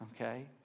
okay